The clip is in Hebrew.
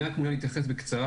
אני מעוניין להתייחס בקצרה,